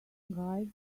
guys